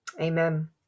Amen